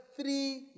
three